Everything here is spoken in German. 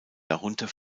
darunter